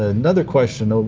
ah another question, ah